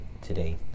today